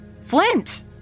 flint